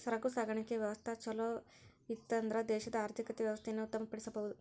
ಸರಕು ಸಾಗಾಣಿಕೆಯ ವ್ಯವಸ್ಥಾ ಛಲೋಇತ್ತನ್ದ್ರ ದೇಶದ ಆರ್ಥಿಕ ವ್ಯವಸ್ಥೆಯನ್ನ ಉತ್ತಮ ಪಡಿಸಬಹುದು